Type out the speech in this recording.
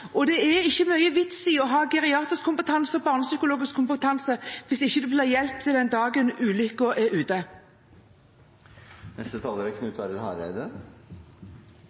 andre. Det er ikke mye vits i å ha geriatrisk kompetanse og barnepsykologisk kompetanse hvis man ikke blir hjulpet den dagen ulykken er ute. Det er